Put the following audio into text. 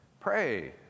Pray